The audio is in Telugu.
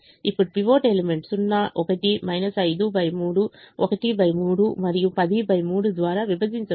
ఇప్పుడు పైవట్ ఎలిమెంట్ 0 1 53 13 మరియు 103 ద్వారా విభజించండి